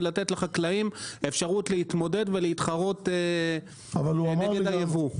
וכדי לתת לחקלאים אפשרות להתמודד ולהתחרות כנגד הייבוא.